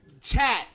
chat